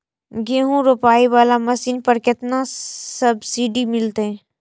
गेहूं रोपाई वाला मशीन पर केतना सब्सिडी मिलते?